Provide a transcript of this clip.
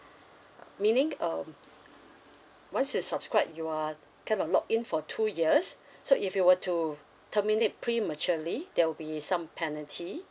meaning um once you subscribe you are kind of lock in for two years so if you were to terminate prematurely there will be some penalty